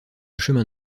chemin